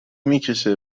میکشه